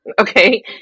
Okay